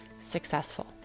successful